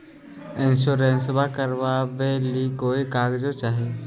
इंसोरेंसबा करबा बे ली कोई कागजों चाही?